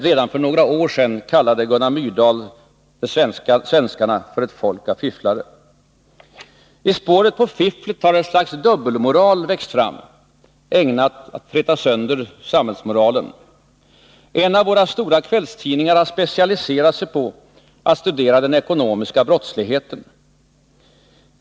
Redan för några år sedan kallade Gunnar Myrdal svenskarna för ”ett folk av fifflare”. I spåren av fifflet har ett slags dubbelmoral växt fram, ägnat att fräta sönder samhällsmoralen. En av våra stora kvällstidningar har specialiserat sig på att studera den ekonomiska brottsligheten.